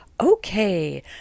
Okay